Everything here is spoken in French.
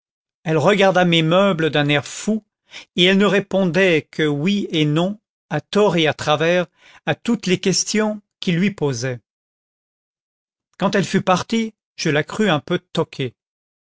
elle regarda mes meubles d'un air fou et elle ne répondait que oui et non à tort et à travers à toutes les questions qu'il lui posait quand elle fut partie je la crus un peu toquée